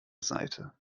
seite